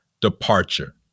departure